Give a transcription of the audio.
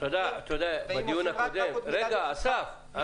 בדיון הקודם שהיה